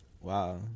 Wow